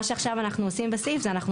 מה שעכשיו אנחנו עושים בסעיף זה אנחנו